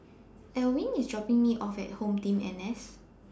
Elwyn IS dropping Me off At HomeTeam N S